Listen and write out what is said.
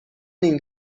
این